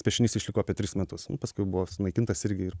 piešinys išliko apie tris metus nu paskui buvo sunaikintas irgi ir